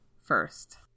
first